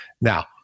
Now